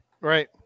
right